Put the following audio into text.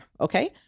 okay